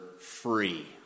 free